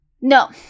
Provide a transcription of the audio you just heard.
No